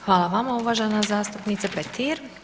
Hvala vama uvažena zastupnice Petir.